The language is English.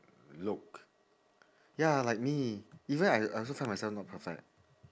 look ya like me even I I also find myself not perfect